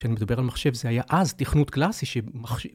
כשאני מדבר על מחשב זה היה אז תכנות קלאסי שמחשב.